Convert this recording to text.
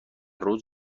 روز